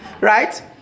Right